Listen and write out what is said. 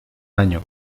año